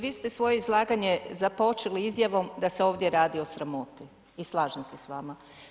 Vi ste svoje izlaganje započeli izjavom da se ovdje radi o sramoti i slažem se s vama.